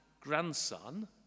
grandson